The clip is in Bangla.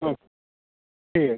ওকে ঠিক আছে